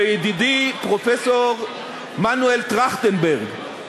לידידי פרופסור מנואל טרכטנברג,